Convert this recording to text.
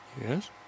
yes